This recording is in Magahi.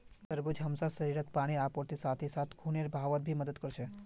तरबूज हमसार शरीरत पानीर आपूर्तिर साथ ही साथ खूनेर बहावत भी मदद कर छे